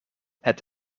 het